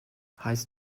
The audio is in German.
heißt